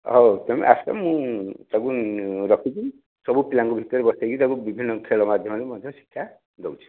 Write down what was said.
ହଉ ତୁମେ ଆସ ମୁଁ ସବୁ ରଖୁଛି ସବୁ ପିଲାଙ୍କୁ ଭିତରେ ବସେଇକି ସବୁ ବିଭିନ୍ନ ଖେଳ ମାଧ୍ୟମରେ ମଧ୍ୟ ଶିକ୍ଷା ଦେଉଛି